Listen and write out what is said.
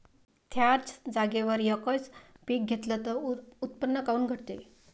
थ्याच जागेवर यकच पीक घेतलं त उत्पन्न काऊन घटते?